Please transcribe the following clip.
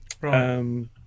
Right